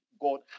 God